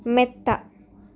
മെത്ത